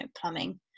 plumbing